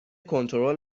کنترل